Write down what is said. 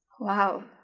wow